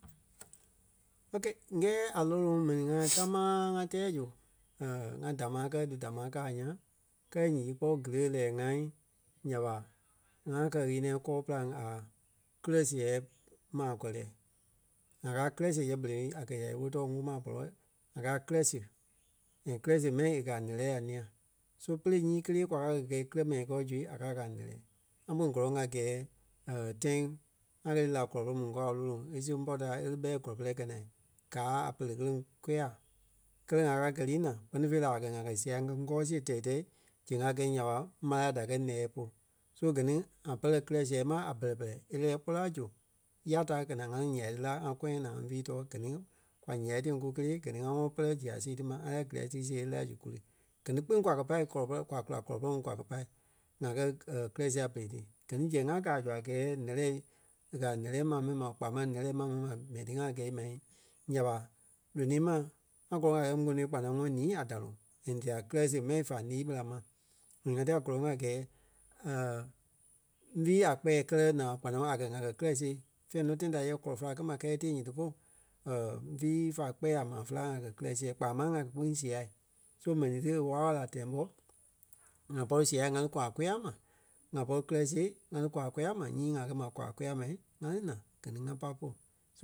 Ok. ŋ́gɛɛ a loloŋ mɛni ŋai támaa ŋa tɛ́ɛ su ŋa damaa kɛ dí damaa kɛ a ńyãa kɛɛ nyii kpɔ́ kili e lɛ́ɛ ŋa nya ɓa ŋá kɛ ɣeniɛi kɔɔ pîlaŋ a kírɛ siɣei maa kɔ̀lɛ. ŋa kaa kírɛ siɣe yɛ berei a kɛ̀ ya í wóli tɔɔ woo ma a bɔlɔ ŋá kaa kírɛ siɣe and kírɛ siɣe mɛni e kɛ̀ a lɛ́lɛ a ńîa. So pɛ́lɛ nyii kelee kwa ka kɛ́ gɛi kírɛ mɛni kɔɔ zu a káa kaa a lɛlɛ. ŋa kpîŋ gɔlɔŋ a gɛɛ tãi ŋá kɛ lí la kɔlɔ pɔrɔŋ mu ŋ́gɔɔ a loloŋ e siɣe bɔ-taai e lí bɛi kɔlɔ pɛrɛ e kɛ̀ naa. Gaa a pere kèreŋ kôya kɛlɛ ŋá káa kɛ́ li naa kpɛ́ni fêi la a kɛ̀ ŋá kɛ́ sia ŋ́gɛ ŋ́gɔɔ siɣe tɛi-tɛ́i zɛŋ a ŋ́gɛ nya ɓa ḿarâŋ díkɛ ńɛɛ polu. So gɛ ni ŋa pɛlɛ kírɛ siɣei ma a bɛlɛ-bɛlɛ a lɛ́ɛ kpɔ́ la zu yá ta a kɛ̀ naa ŋa lí ǹyai ti la ŋa kɔyan naa ŋá ḿvi too. Gɛ ni kwa ǹyai tîyeŋ kúkelee gɛ ni ŋá ŋɔnɔ pere ziɣe sii ti ma ŋá lɛ́ɛ kírɛ ti siɣei e lɛ́ɛ la zu kú lí. Gɛ ni kpiŋ kwa kɛ́ pai kɔlɔ pɔrɔŋ kwa kula kɔlɔ pɔrɔŋ mu kwa kɛ pai ŋa kɛ kírɛ siɣe a berei ti. Gɛ ni zɛŋ ŋá gaa zu a gɛɛ lɛ́lɛ e kɛ̀ a ǹɛ́lɛɛ maa mɛni ma kpaa máŋ lɛ́lɛ maa mɛni ma. M̀ɛni ti ŋa gɛi ma nya ɓa lonii ma ŋa gɔlɔŋ a gɛɛ kponoi kpanaŋɔɔ nii a daloŋ and tela kírɛ siɣe mɛni fá ńii ɓéla ma. And ŋá tela gɔlɔŋ a gɛɛ ḿvii a kpɛɛ kɛlɛ naa kpanaŋɔɔ a kɛ̀ ŋá kɛ́ kirɛ siɣe fɛ̂ɛ nɔ tãi da yɛ kɔlɔ-fela kɛ ma kɛɛ e tee nyiti polu ḿvii fá kpɛɛ a maa féla ŋá kɛ kírɛ siɣe kpaa máŋ ŋá kɛ́ kpîŋ sia. So mɛni ti e wála-wala tɛɛ ḿbɔ ŋa pɔri sia ŋá lí kwaa kôya ma, ŋá pɔri kirɛ siɣe ŋá li kwaa kôya ma nyii ŋa kɛ ma kwaa kôya ma ŋá li naa gɛ ŋa pai polu. So